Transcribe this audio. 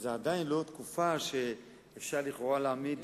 עדיין זאת לא תקופה שאפשר לכאורה להעמיד